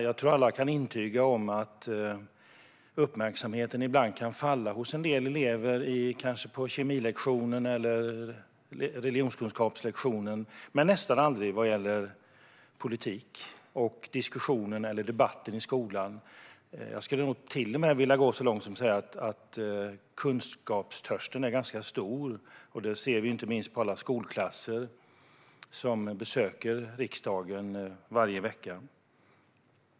Jag tror att vi alla kan intyga att uppmärksamheten hos en del elever ibland kan falla, kanske på kemilektionen eller på religionskunskapslektionen, men nästan aldrig när det gäller politik. Jag skulle till och med vilja gå så långt som att säga att kunskapstörsten är ganska stor. Det ser vi inte minst på alla skolklasser som besöker riksdagen varje vecka.